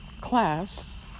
class